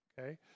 Okay